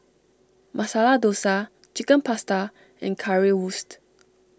Masala Dosa Chicken Pasta and Currywurst